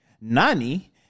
Nani